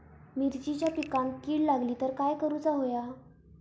मिरचीच्या पिकांक कीड लागली तर काय करुक होया?